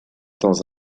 dans